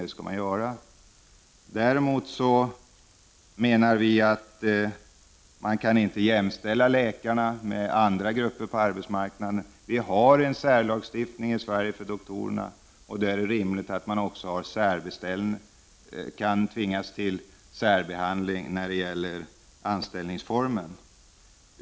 Det skall man göra. Däremot menar vi att man inte kan jämställa läkarna med andra grupper på arbetsmarknaden. Vi har en särlagstiftning för läkarna i Sverige. Då är det rimligt att man också kan tvingas till särbehandling i anställningsformen.